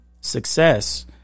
success